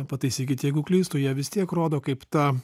pataisykit jeigu klystu jie vis tiek rodo kaip ta